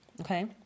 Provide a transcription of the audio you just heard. Okay